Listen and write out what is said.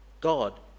God